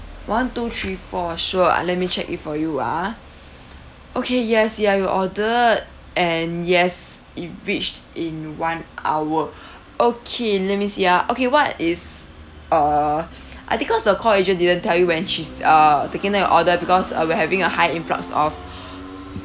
one two three four sure uh let me check it for you ah okay yes ya you ordered and yes it reached in one hour okay let me see ah okay what is err I think cause the call agent didn't tell you when she's uh taking down your order because uh we're having a high influx of